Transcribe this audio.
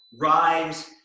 rise